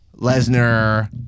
Lesnar